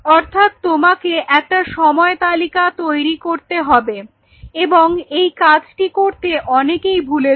অর্থাৎ তোমাকে একটা সময় তালিকা তৈরি করতে হবে এবং এই কাজটি করতে অনেকেই ভুলে যায়